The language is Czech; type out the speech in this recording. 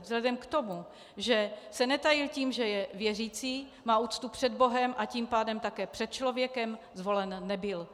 Vzhledem k tomu, že se netajil tím, že je věřící, má úctu před Bohem, a tím pádem také před člověkem, zvolen nebyl.